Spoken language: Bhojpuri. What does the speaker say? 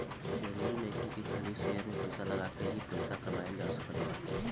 जरुरी नइखे की खाली शेयर में पइसा लगा के ही पइसा कमाइल जा सकत बा